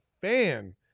fan